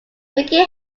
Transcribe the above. mickey